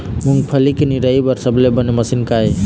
मूंगफली के निराई बर सबले बने मशीन का ये?